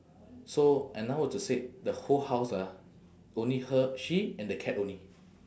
so and now were to say the whole house ah only her she and the cat only